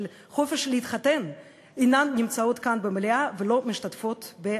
החופש להתחתן אינן נמצאות כאן במליאה ולא משתתפות בהצבעה.